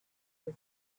for